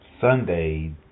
Sunday